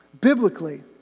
Biblically